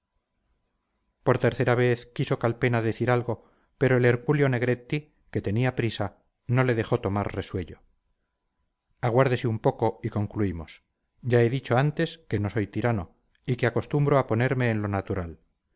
por tercera vez quiso calpena decir algo pero el hercúleo negretti que tenía prisa no le dejó tomar resuello aguárdese un poco y concluimos ya he dicho antes que no soy tirano y que acostumbro a ponerme en lo natural